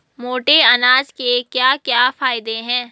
मोटे अनाज के क्या क्या फायदे हैं?